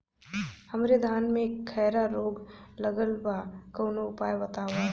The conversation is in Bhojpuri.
हमरे धान में खैरा रोग लगल बा कवनो उपाय बतावा?